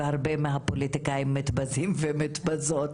והרבה מהפוליטיקאים מתבזים ומתבזות